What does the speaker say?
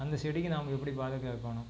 அந்தச் செடிக்கு நாம் எப்படி பாதுகாக்கணும்